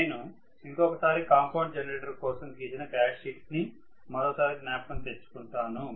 నేను ఇంకొక్కసారి compound generator కోసం గీసిన క్యారెక్టర్స్టిక్స్ ని మరోసారి జ్ఞాపకం తెచ్చుకుంటాను